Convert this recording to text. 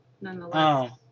nonetheless